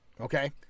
Okay